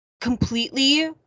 completely